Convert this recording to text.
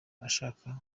ashaka